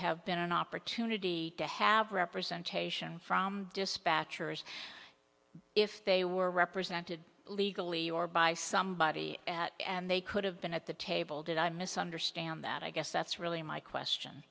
have been an opportunity to have representation from dispatchers if they were represented legally or by somebody and they could have been at the table did i misunderstand that i guess that's really my question